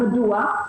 מדוע?